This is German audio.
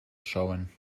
schauen